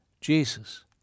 Jesus